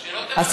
אז שלא תבקש.